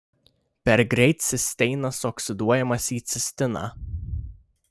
per greit cisteinas oksiduojamas į cistiną